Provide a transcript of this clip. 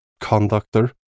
conductor